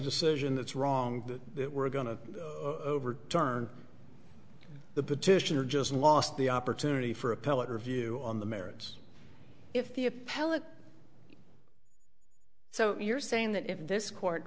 decision that's wrong that we're going to overturn the petitioner just lost the opportunity for appellate review on the merits if the appellate so you're saying that if this court